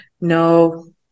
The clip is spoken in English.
No